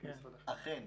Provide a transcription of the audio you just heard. אכן.